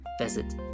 Visit